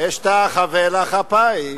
אשתחווה לך אפיים,